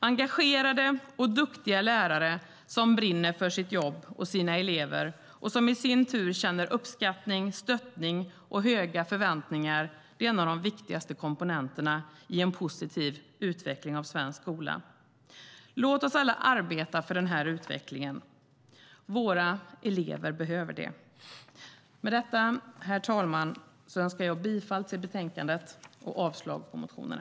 Engagerade och duktiga lärare som brinner för sitt jobb och för sina elever och som i sin tur känner uppskattning, stöttning och höga förväntningar är en av de viktigaste komponenterna i en positiv utveckling av svensk skola. Låt oss alla arbeta för denna utveckling. Våra elever behöver det. Med detta, herr talman, yrkar jag bifall till utskottets förslag i betänkandet och avslag på motionerna.